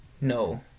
No